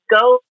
go